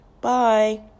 Bye